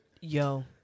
Yo